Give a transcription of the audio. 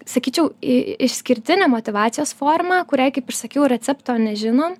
sakyčiau i išskirtinė motyvacijos forma kuriai kaip ir sakiau recepto nežinom